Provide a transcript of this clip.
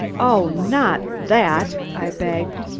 oh, not that! i begged.